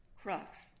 Crux